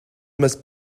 must